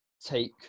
take